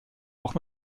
auch